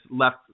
left